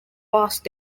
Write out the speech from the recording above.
past